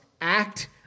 act